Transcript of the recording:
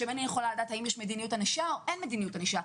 אם אני יכולה לדעת אם יש מדיניות ענישה או אין מדיניות ענישה,